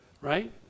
Right